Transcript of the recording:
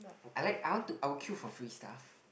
I like I want to I will queue for free stuff